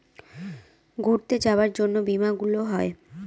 ঘুরতে যাবার জন্য বীমা গুলো হয়